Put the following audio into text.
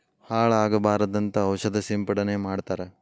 ಹಾಳ ಆಗಬಾರದಂತ ಔಷದ ಸಿಂಪಡಣೆ ಮಾಡ್ತಾರ